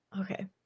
Okay